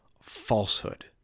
falsehood